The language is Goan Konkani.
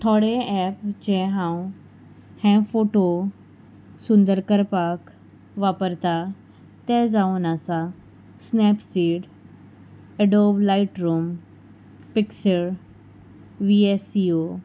थोडे एप जे हांव हे फोटो सुंदर करपाक वापरता ते जावन आसा Snapseed Adobe Lightroom Pixlr VSCO